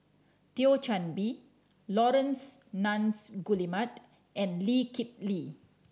Thio Chan Bee Laurence Nunns Guillemard and Lee Kip Lee